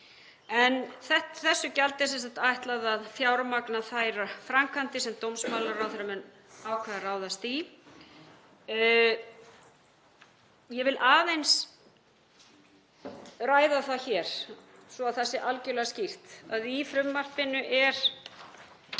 En þessu gjaldi er sem sagt ætlað að fjármagna þær framkvæmdir sem dómsmálaráðherra mun ákveða að ráðast í. Ég vil aðeins ræða það hér, svo að það sé algerlega skýrt, að í frumvarpinu er